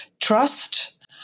trust